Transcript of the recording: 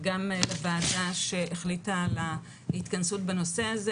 וגם לוועדה שהחליטה על ההתכנסות בנושא הזה.